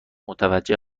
متوجه